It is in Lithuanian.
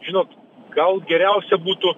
žinot gal geriausia būtų